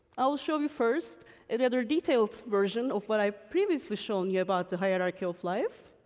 i will show you first another detailed version of what i've previously shown you about the hierarchy of life.